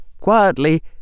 quietly